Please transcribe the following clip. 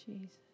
Jesus